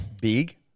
Big